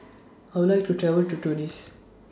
I Would like to travel to Tunis